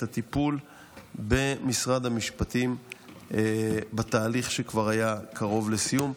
הטיפול במשרד המשפטים בתהליך שכבר היה קרוב לסיום.